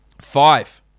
Five